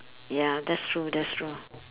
ya that's true that's true